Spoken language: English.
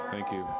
thank you.